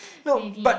maybe